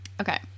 Okay